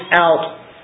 out